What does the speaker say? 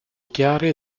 chiari